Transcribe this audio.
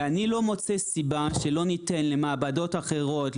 ואני לא מוצא סיבה שלא ניתן למעבדות אחרות,